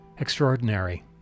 extraordinary